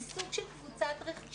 זה סוג של קבוצת רכישה.